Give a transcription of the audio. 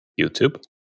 YouTube